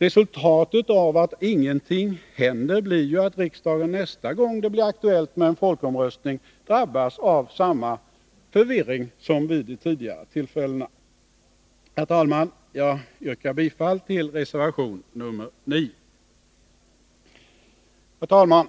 Resultatet av att ingenting händer blir ju att riksdagen nästa gång det blir aktuellt med en folkomröstning drabbas av samma förvirring som vid de tidigare folkomröstningarna. Herr talman! Jag yrkar bifall till reservation 10. Herr talman!